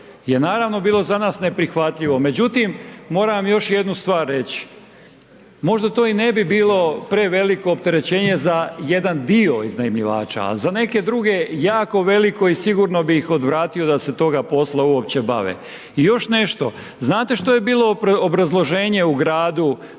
je naravno bilo za nas neprihvatljivo, međutim moram još jednu stvar reći, možda to i ne bi bilo preveliko opterećenje za jedan dio iznajmljivača, a za neke druge jako veliko i sigurno bi ih odvratio da se toga posla uopće bave. I još nešto, znate što je bilo obrazloženje u Gradu